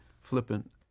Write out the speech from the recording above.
flippant